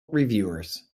reviewers